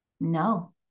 No